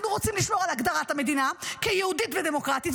אנחנו רוצים לשמור על הגדרת המדינה כיהודית ודמוקרטית,